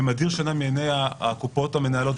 זה מדיר שינה מעיני הקופות המנהלות.